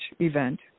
event